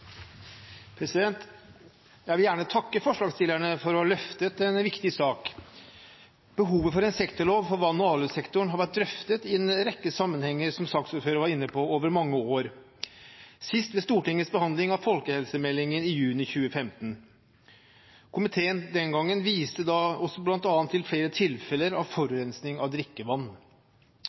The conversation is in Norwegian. til. Jeg vil gjerne takke forslagsstillerne for å ha løftet en viktig sak. Behovet for en sektorlov for vann- og avløpssektoren har vært drøftet i en rekke sammenhenger, som saksordføreren var inne på, over mange år, sist ved Stortingets behandling av folkehelsemeldingen i juni 2015. Komiteen viste den gangen bl.a. til flere tilfeller av forurensing av drikkevann.